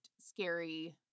scary